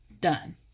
done